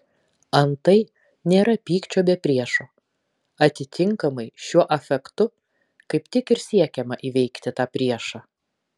antai nėra pykčio be priešo atitinkamai šiuo afektu kaip tik ir siekiama įveikti tą priešą